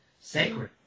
sacred